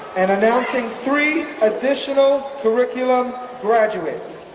and announcing three additional curriculum graduates